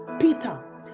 Peter